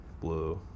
blue